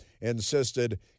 insisted